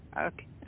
Okay